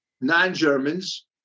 non-Germans